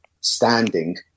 standing